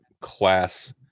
class